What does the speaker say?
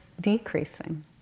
decreasing